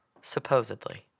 supposedly